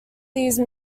these